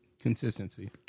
Consistency